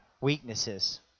weaknesses